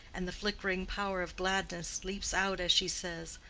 and the flickering power of gladness leaps out as she says,